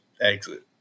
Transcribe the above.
exit